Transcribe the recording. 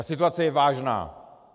Situace je vážná.